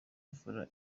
imvura